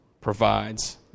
provides